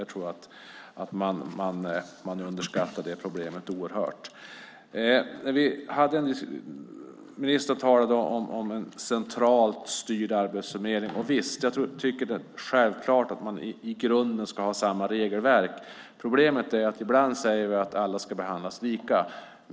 Jag tror alltså att det problemet underskattas oerhört mycket. Ministern talade om en centralt styrd arbetsförmedling. Visst, självklart ska det i grunden vara samma regelverk. Problemet är att vi ibland säger att alla ska behandlas lika.